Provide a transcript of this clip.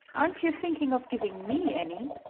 aren't you thinking of giving me any?